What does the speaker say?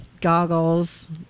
goggles